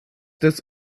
des